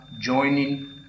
joining